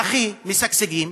הכי משגשגים,